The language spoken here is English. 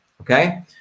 okay